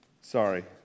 Sorry